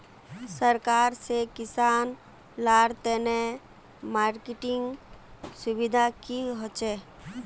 सरकार से किसान लार तने मार्केटिंग सुविधा की होचे?